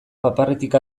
paparretik